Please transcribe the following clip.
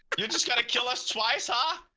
you just got to kill us twice, ha